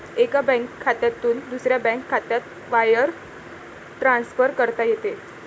एका बँक खात्यातून दुसऱ्या बँक खात्यात वायर ट्रान्सफर करता येते